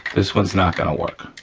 this one's not gonna work.